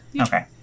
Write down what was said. Okay